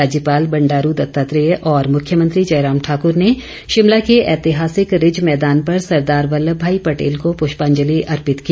राज्यपाल बंडारू दत्तात्रेय और मुख्यमंत्री जयराम ठाकर ने शिमला के ऐतिहासिक रिज मैदान पर सरदार वल्लम भाई पटेल को पुष्पांजलि अर्पित की